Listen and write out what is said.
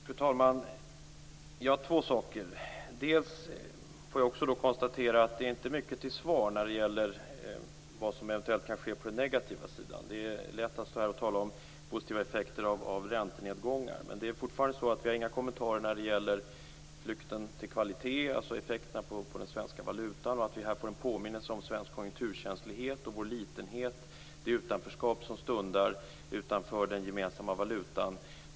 Fru talman! Jag vill ta upp två saker. Jag får konstatera att det inte är mycket till svar när det gäller vad som eventuellt kan ske på den negativa sidan. Det är lätt att stå här och tala om positiva effekter av räntenedgångar. Men vi har fortfarande inte fått några kommentarer när det gäller flykten till kvalitet, alltså effekterna på den svenska valutan, och att vi här får en påminnelse om svensk konjunkturkänslighet, vår litenhet och det utanförskap som stundar utanför den gemensamma valutan.